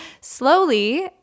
slowly